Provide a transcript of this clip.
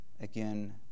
again